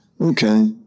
Okay